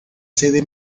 sede